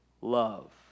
love